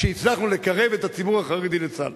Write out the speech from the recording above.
שהצלחנו לקרב את הציבור החרדי לצה"ל.